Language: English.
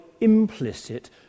implicit